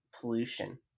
pollution